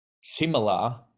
similar